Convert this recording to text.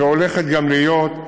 והולכת גם להיות,